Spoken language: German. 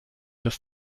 des